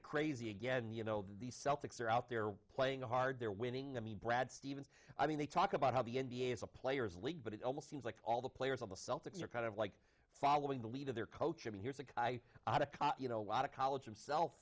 of crazy again you know the celtics are out there playing hard they're winning i mean brad stevens i mean they talk about how the n b a is a players league but it almost seems like all the players on the celtics are kind of like following the lead of their coach i mean here's a guy you know out of college i'm self